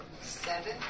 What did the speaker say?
Seven